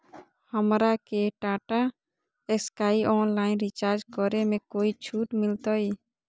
हमरा के Tata Sky online recharge करे में कोई छूट मिलतई